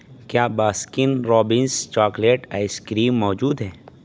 کیا Baskin Robbins chocolate ice cream موجود ہے